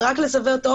רק לסבר את האוזן,